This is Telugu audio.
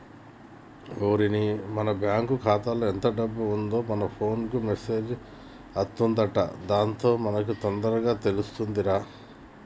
ఓరిని మన బ్యాంకు ఖాతాలో ఎంత డబ్బు ఉందో మన ఫోన్ కు మెసేజ్ అత్తదంట దాంతో మనకి తొందరగా తెలుతుందిరా